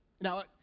Now